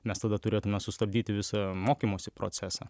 mes tada turėtume sustabdyti visą mokymosi procesą